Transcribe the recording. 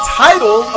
title